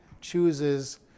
chooses